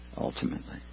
ultimately